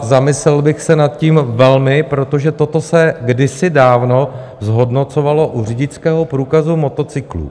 Zamyslel bych se nad tím velmi, protože toto se kdysi dávno zhodnocovalo u řidičského průkazu motocyklů.